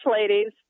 ladies